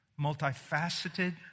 multifaceted